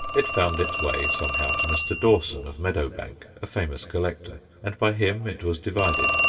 it found its way, somehow, to mr. dawson, of meadowbank, a famous collector, and by him it was divided.